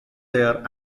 there